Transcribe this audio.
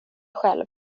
själv